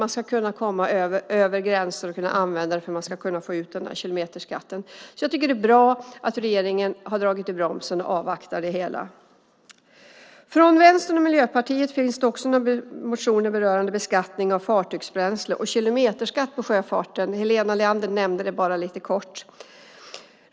Man ska kunna komma över gränser och kunna använda det för att få ut kilometerskatten. Jag tycker att det är bra att regeringen har dragit i bromsen och avvaktar. Från Vänstern och Miljöpartiet finns det motioner rörande beskattning av fartygsbränsle och kilometerskatt på sjöfarten. Helena Leander nämnde det bara lite kort.